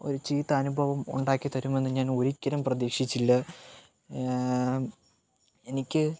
ഒരു ചീത്ത അനുഭവം ഉണ്ടാക്കിത്തരുമെന്ന് ഞാൻ ഒരിക്കലും പ്രതീക്ഷിച്ചില്ല എനിക്ക്